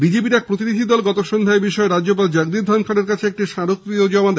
বিজেপির এক প্রতিনিধি দল গত সন্ধ্যায় এবিষয়ে রাজ্যপাল জগদীপ ধনখড়ের কাছে একটি স্মারকলিপিও জমা দেন